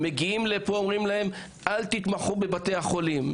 הם מגיעים לפה ואומרים להם: אל תתמחו בבתי החולים.